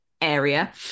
area